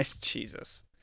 Jesus